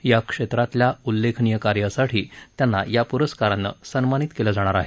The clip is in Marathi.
या क्षेत्रातल्या उल्लेखनीय कार्यासाठी त्यांना या पुरस्कारानं सन्मानित केलं जाणार आहे